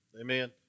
Amen